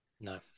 no